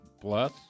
plus